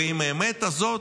ועם האמת הזאת,